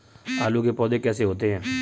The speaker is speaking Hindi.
आलू के पौधे कैसे होते हैं?